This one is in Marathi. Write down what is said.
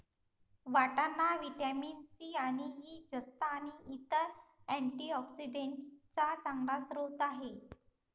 वाटाणा व्हिटॅमिन सी आणि ई, जस्त आणि इतर अँटीऑक्सिडेंट्सचा चांगला स्रोत आहे